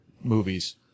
movies